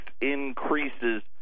increases